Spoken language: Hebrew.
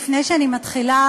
לפני שאני מתחילה,